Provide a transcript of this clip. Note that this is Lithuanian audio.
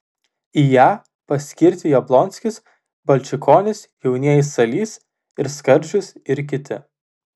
į ją paskirti jablonskis balčikonis jaunieji salys ir skardžius ir kiti